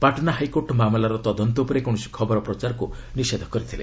Patna high court ମାମଲାର ତଦନ୍ତ ଉପରେ କୌଣସି ଖବର ପ୍ରଚାରକୁ ନିଷେଧ କରିଥିଲେ